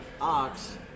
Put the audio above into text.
Ox